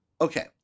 Okay